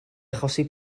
achosi